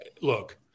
look